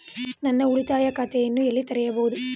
ನಾನು ಉಳಿತಾಯ ಖಾತೆಯನ್ನು ಎಲ್ಲಿ ತೆರೆಯಬಹುದು?